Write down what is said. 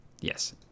Yes